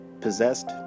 possessed